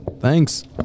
Thanks